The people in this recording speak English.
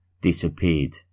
disappeared